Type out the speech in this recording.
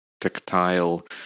tactile